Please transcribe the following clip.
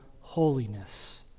holiness